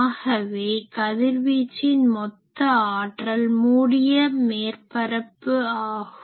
ஆகவே கதிர்வீச்சின் மொத்த அற்றல் மூடிய மேற்பரப்பு ஆகும்